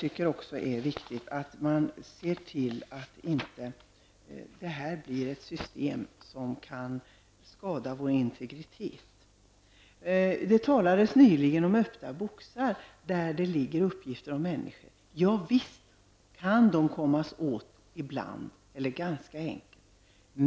Vidare är det viktigt att se till att FAS 90 inte blir ett system som kan skada integriteten. Det har ju talats om öppna boxar, där det finns uppgifter om enskilda människor. Ja, visst kan det ibland vara ganska enkelt att komma åt sådana här uppgifter.